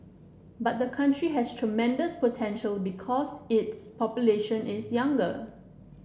but the country has tremendous potential because its population is younger